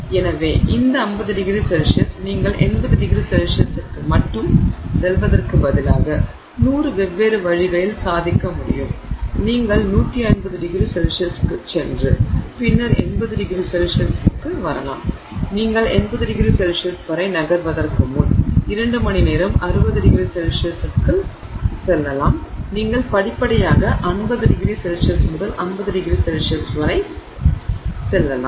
எனவே இந்த 50ºC நீங்கள் 80º C க்கு மட்டும் செல்வதற்கு பதிலாக நூறு வெவ்வேறு வழிகளில் சாதிக்க முடியும் நீங்கள் 150º C க்குச் சென்று பின்னர் 80º C க்கு வரலாம் நீங்கள் 80º C வரை நகர்த்துவதற்கு முன் 2 மணி நேரம் 60º C க்கு உட்காரலாம் நீங்கள் படிப்படியாக 50º C முதல் 80º C வரை செல்லலாம்